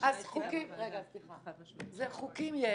חוקים יש